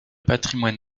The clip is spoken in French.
patrimoine